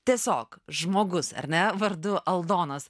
tiesiog žmogus ar ne vardu aldonas